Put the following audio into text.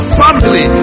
family